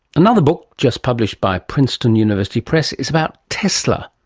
another book just published by princeton university press is about tesla.